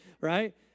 right